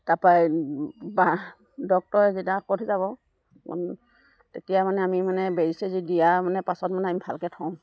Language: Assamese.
তাৰপৰা ডক্তৰে যেদিয়া ওভতি যাব তেতিয়া মানে আমি মানে বেজী চেজী দিয়া মানে পাছত মানে আমি ভালকৈ থওঁ